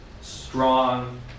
strong